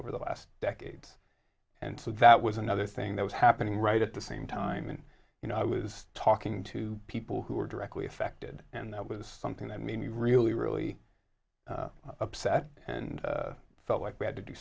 over the last decades and so that was another thing that was happening right at the same time and you know i was talking to people who were directly affected and that was something that made me really really upset and felt like we had to do